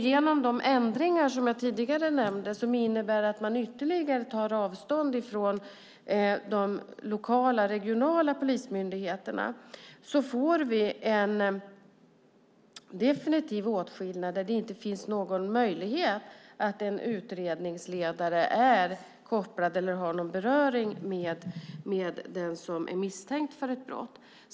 Genom de ändringar som jag tidigare nämnde, som innebär att man ytterligare tar avstånd från de lokala och regionala polismyndigheterna, får vi en definitiv åtskillnad där det inte finns någon möjlighet att en utredningsledare är kopplad eller har någon beröring med den som är misstänkt för ett brott.